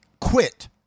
quit